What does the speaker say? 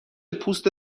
پوست